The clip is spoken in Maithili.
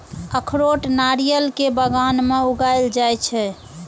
अखरोट नारियल के बगान मे उगाएल जाइ छै